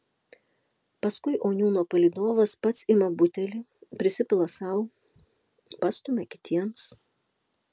paskui oniūno palydovas pats ima butelį prisipila sau pastumia kitiems